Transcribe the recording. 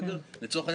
לצורך העניין,